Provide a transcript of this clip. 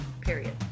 period